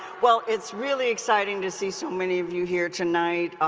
well, it's really exciting to see so many of you here tonight.